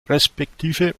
resp